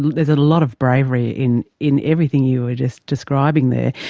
there's a lot of bravery in. in everything you were just describing there.